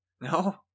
No